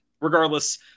Regardless